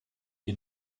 wir